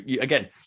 again